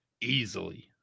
Easily